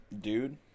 Dude